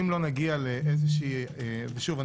אם לא נגיע לאיזו שהיא ושוב,